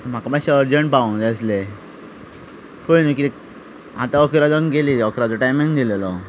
म्हाका मातशें अर्जंट पावूंक जाय आसलें पळय न्हय किदें आतां इकरा जावन गेलीं अकराचो टायमींग दिलेलो